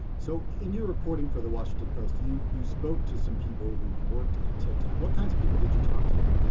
so in your reporting for the washington post, you you spoke to some people who've worked at tick-tock. what kinds of people did you talk to?